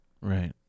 Right